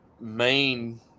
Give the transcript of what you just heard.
main